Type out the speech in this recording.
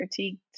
critiqued